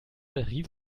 rief